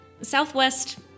Southwest